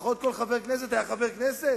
לפחות כל חבר כנסת היה חבר כנסת,